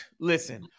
listen